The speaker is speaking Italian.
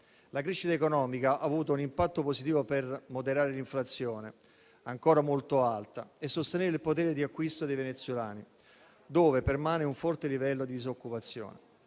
La crescita economica ha avuto un impatto positivo per moderare l'inflazione, ancora molto alta, e sostenere il potere di acquisto dei venezuelani, dove permane un forte livello di disoccupazione.